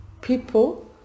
people